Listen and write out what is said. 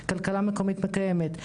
כלכלה מקומית מקיימת.